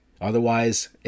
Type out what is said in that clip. Otherwise